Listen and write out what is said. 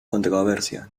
controversia